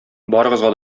барыгызга